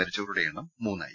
മരിച്ചവരുടെ എണ്ണം മൂന്നായി